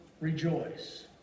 rejoice